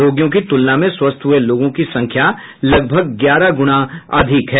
रोगियों की तुलना में स्वस्थ हुए लोगों की संख्या लगभग ग्यारह गुणा अधिक है